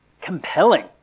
compelling